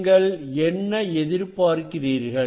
நீங்கள் என்ன எதிர்பார்க்கிறீர்கள்